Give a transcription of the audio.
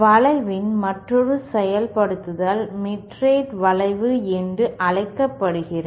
வளைவின் மற்றொரு செயல்படுத்தல் மிட்ரட் வளைவு என்று அழைக்கப்படுகிறது